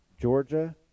Georgia